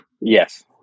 Yes